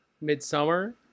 Midsummer